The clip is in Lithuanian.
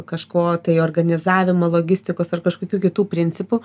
kažko tai organizavimo logistikos ar kažkokių kitų principų